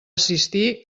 assistir